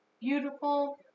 beautiful